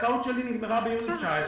הזכאות שלי נגמרה ביוני 2019,